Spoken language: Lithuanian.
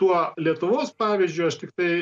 tuo lietuvos pavyzdžiu aš tiktai